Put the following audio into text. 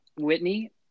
Whitney